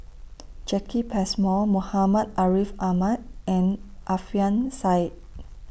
Jacki Passmore Muhammad Ariff Ahmad and Alfian Sa'at